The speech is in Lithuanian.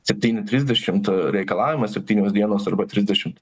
septyni trisdešimt reikalavimas septynios dienos arba trisdešimt